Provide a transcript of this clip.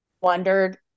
wondered